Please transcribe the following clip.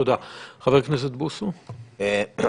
אני מתחבר